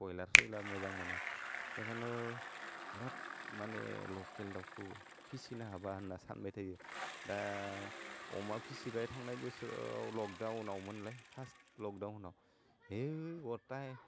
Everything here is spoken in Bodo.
बयलार सयलार मोजां मोना एखायनो बिराद माने लकेल दाउखौ फिसिनो हाबा होन्ना सानबाय थायो दा अमा फिसिबाय थांनाय बोसोराव लगडाउनावमोनलाय फास लगडाउनाव है गथाय